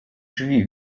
drzwi